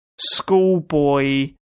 schoolboy